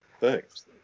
Thanks